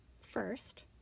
first